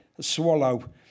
swallow